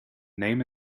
name